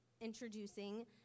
introducing